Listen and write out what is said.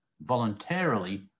voluntarily